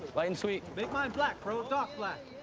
light and sweet. make mine black, bro, dark black.